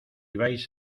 vais